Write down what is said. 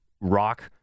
rock